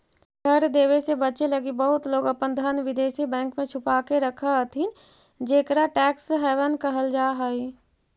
कर देवे से बचे लगी बहुत लोग अपन धन विदेशी बैंक में छुपा के रखऽ हथि जेकरा टैक्स हैवन कहल जा हई